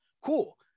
Cool